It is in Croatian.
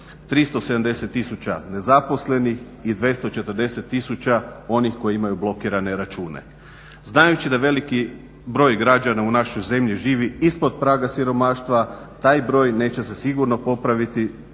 370 tisuća nezaposlenih i 240 tisuća onih koji imaju blokirane račune. Znajući da veliki broj građana u našoj zemlji živi ispod praga siromaštva taj broj neće se sigurno popraviti